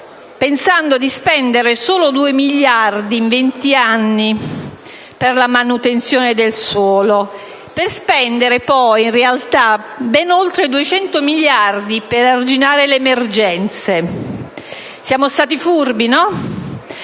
amministratori spendendo solo 2 miliardi in 20 anni per la manutenzione del suolo, per spendere poi in realtà ben oltre 200 miliardi per arginare le emergenze. Siamo stati furbi, no?